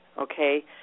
okay